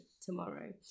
tomorrow